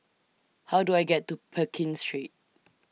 How Do I get to Pekin Street